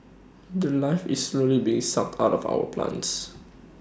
The Life is slowly being sucked out of our plants